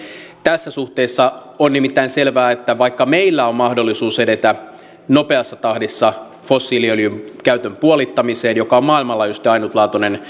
tässä suhteessa on nimittäin selvää että vaikka meillä on mahdollisuus edetä nopeassa tahdissa fossiiliöljyn käytön puolittamiseen mikä on maailmanlaajuisesti ainutlaatuinen